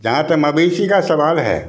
जहाँ तक मवेशी का सवाल है